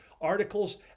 articles